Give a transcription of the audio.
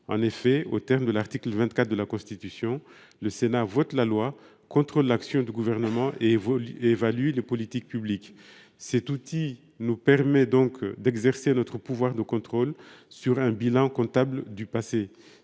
En effet, selon les termes de l’article 24 de la Constitution, le Sénat « vote la loi. Il contrôle l’action du Gouvernement. Il évalue les politiques publiques ». Cet outil nous permet d’exercer notre pouvoir de contrôle sur un bilan comptable du passé.